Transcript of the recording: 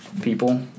people